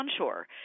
onshore